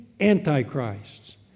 Antichrists